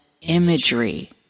imagery